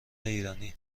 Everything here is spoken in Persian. ایرانی